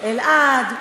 אלע"ד,